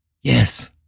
Yes